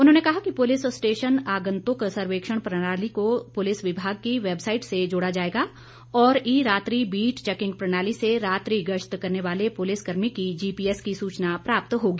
उन्होंने कहा कि पुलिस स्टेशन आंगतुक सर्वेक्षण प्रणाली को पुलिस विभाग की वैबसाईट से जोड़ा जाएगा और ई रात्रि बीट चैकिंग प्रणाली से रात्रि गश्त करने वाले पुलिस कर्मी की जीपीएस की सूचना प्राप्त होगी